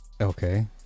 Okay